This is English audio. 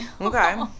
Okay